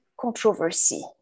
controversy